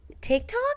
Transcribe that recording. tiktok